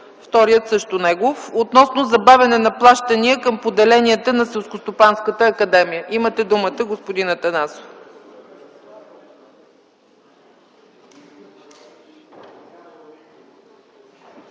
вторият също е негов, относно забавяне на плащания към поделенията на Селскостопанската академия. Имате думата, господин Атанасов.